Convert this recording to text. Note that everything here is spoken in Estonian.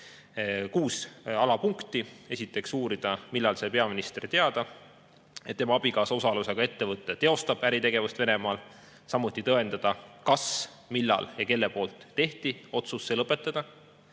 kuus alapunkti. Esiteks uurida, millal sai peaminister teada, et tema abikaasa osalusega ettevõte teostab äritegevust Venemaal, samuti tõendada, kas [üldse ja kui, siis] millal ja kelle poolt tehti otsus see lõpetada.